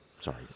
Sorry